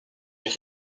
est